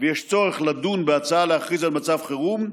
ויש צורך לדון בהצעה להכריז על מצב חירום,